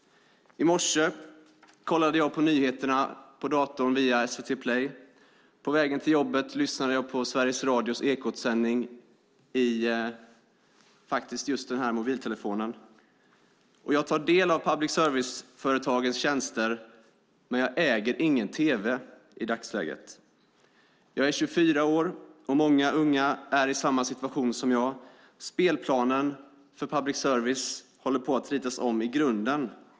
I morse kollade jag på nyheterna på datorn via SVT Play. På vägen till jobbet lyssnade jag på Sveriges Radios Ekosändning i min mobiltelefon. Jag tar del av public service-företagens tjänster, men jag äger i dagsläget ingen tv. Jag är 24 år, och många unga är i samma situation som jag. Spelplanen för public service håller på att ritas om i grunden.